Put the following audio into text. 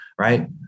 Right